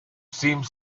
seemed